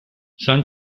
san